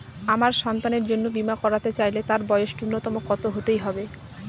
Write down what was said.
আমার সন্তানের জন্য বীমা করাতে চাইলে তার বয়স ন্যুনতম কত হতেই হবে?